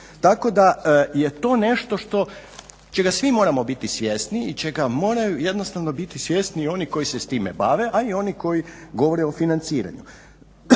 Tako da je to nešto što, čega svi moramo biti svjesni i čega moraju biti svjesni i oni koji se s time bave a i oni koji govore o financiranju.